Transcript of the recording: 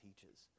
teaches